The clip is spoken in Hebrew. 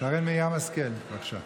שרן מרים השכל, בבקשה.